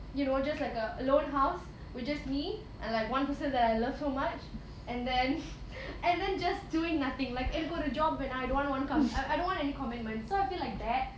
you know just like a lone house with just me and like one person that I love so much and then and then just doing nothing like eh எனக்கு ஒரு:enakku oru job வேணா:vena and I don't want one come I don't want any commitments so I feel like that